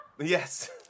Yes